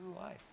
life